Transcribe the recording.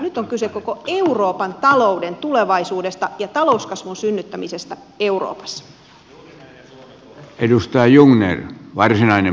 nyt on kyse koko euroopan talouden tulevaisuudesta ja talouskasvun synnyttämisestä euroopassa